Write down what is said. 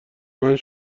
مند